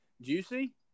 Juicy